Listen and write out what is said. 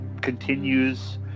continues